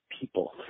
people